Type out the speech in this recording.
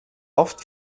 oft